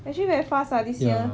actually very fast ah this year